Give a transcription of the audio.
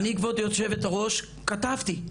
אני כבוד יושבת הראש כתבתי,